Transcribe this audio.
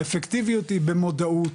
האפקטיביות היא במודעות,